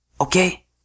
Okay